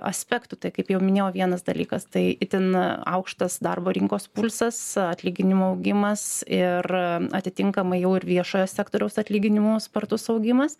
aspektų tai kaip jau minėjau vienas dalykas tai itin aukštas darbo rinkos pulsas atlyginimų augimas ir atitinkamai jau ir viešojo sektoriaus atlyginimų spartus augimas